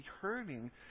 hurting